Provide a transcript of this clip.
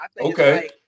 okay